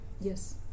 Yes